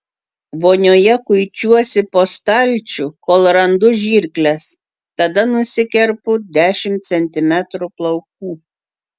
vonioje kuičiuosi po stalčių kol randu žirkles tada nusikerpu dešimt centimetrų plaukų